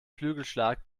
flügelschlag